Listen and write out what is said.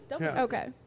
okay